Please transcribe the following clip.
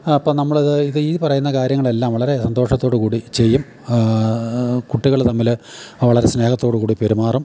അപ്പം നമ്മളത് ഇത് ഈ പറയുന്ന കാര്യങ്ങളെല്ലാം വളരെ സന്തോഷത്തോട് കൂടി ചെയ്യും കുട്ടികൾ തമ്മിൽ വളരെ സ്നേഹത്തോട് കൂടി പെരുമാറും